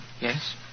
Yes